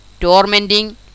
Tormenting